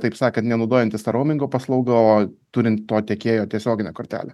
taip sakant ne naudojantis ta roumingo paslauga o turint to tiekėjo tiesioginę kortelę